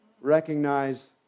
recognize